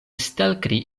stelkri